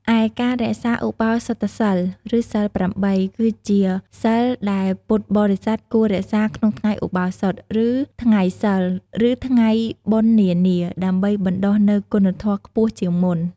ឯការរក្សាឧបោសថសីល ឬសីល ៨ គឺជាសីលដែលពុទ្ធបរិស័ទគួររក្សាក្នុងថ្ងៃឧបោសថ ឬថ្ងៃសីល ឬថ្ងៃបុណ្យនានា ដើម្បីបណ្ដុះនូវគុណធម៌ខ្ពស់ជាងមុន។